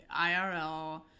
IRL